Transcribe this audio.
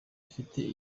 afite